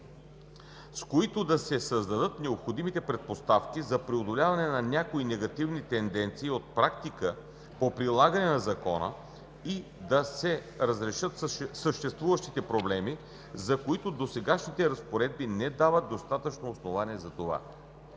с които да се създадат необходимите предпоставки за преодоляване на някои негативни тенденции от практиката по прилагане на Закона и да се разрешат съществуващите проблеми, за които досегашните разпоредби не дават достатъчно основание за това.